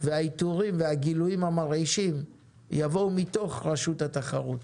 והאיתורים והגילויים המרעישים יבואו מתוך רשות התחרות.